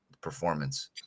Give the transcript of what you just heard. performance